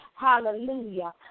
Hallelujah